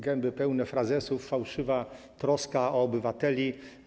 Gęby pełne frazesów, fałszywa troska o obywateli.